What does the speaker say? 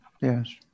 Yes